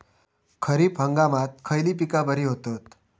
खरीप हंगामात खयली पीका बरी होतत?